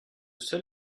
seul